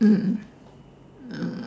mm mm